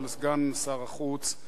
על סגן שר החוץ,